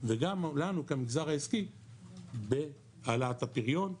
וגם לנו כמגזר העסקי בהעלאת הפריון,